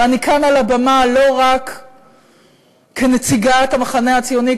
ואני כאן על הבמה לא רק כנציגת המחנה הציוני,